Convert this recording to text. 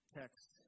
text